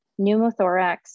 pneumothorax